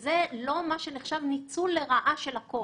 זה לא מה שנחשב ניצול לרעה של הכוח.